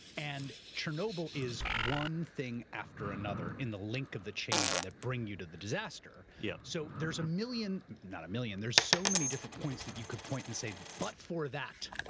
and chernobyl is one thing after another in the link of the chain that bring you to the disaster. yeah so there's a million, not a million. there's so many different points that you could point and say, but for that,